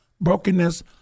brokenness